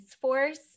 force